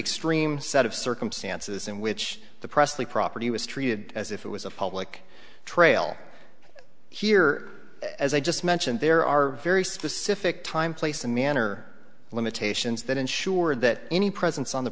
extreme set of circumstances in which the presley property was treated as if it was a public trail here as i just mentioned there are very specific time place and manner limitations that ensure that any presence on the